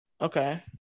Okay